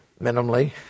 minimally